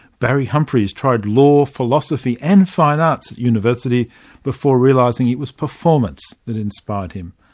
barry humphries tried law, philosophy and fine arts at university before realising it was performance that inspired him.